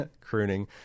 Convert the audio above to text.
crooning